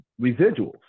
residuals